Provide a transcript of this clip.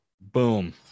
Boom